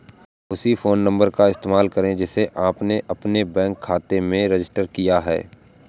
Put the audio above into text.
उसी phone number का इस्तेमाल करें जिसे आपने अपने बैंक खाते में रजिस्टर किया है